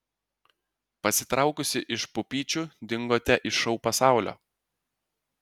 pasitraukusi iš pupyčių dingote iš šou pasaulio